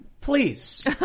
Please